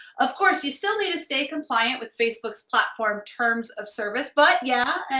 of course, you still need to stay compliant with facebook's platform terms of service, but yeah,